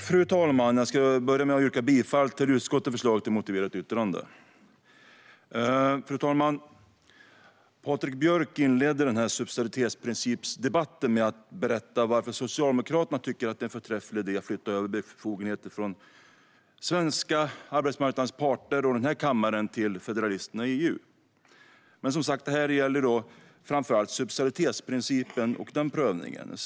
Fru talman! Jag börjar med att yrka bifall till utskottets förslag till motiverat yttrande. Fru talman! Patrik Björck inledde denna debatt om subsidiaritetsprincipen med att berätta varför Socialdemokraterna tycker att det är en förträfflig idé att flytta över befogenheter från den svenska arbetsmarknadens parter och denna kammare till federalisterna i EU. Men, som sagt, detta gäller framför allt subsidiaritetsprincipen och den prövningen.